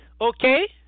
okay